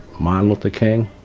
martin luther king,